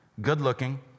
good-looking